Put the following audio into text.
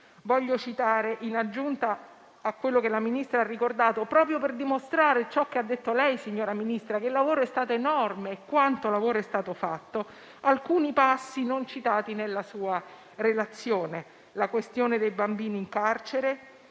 questo tema. In aggiunta a quello che la Ministra ha ricordato, proprio per dimostrare ciò che ha detto lei, signora Ministra, cioè che il lavoro è stato enorme e quanto lavoro è stato fatto, vorrei citare alcuni passi non citati nella sua relazione. Penso alla questione dei bambini in carcere,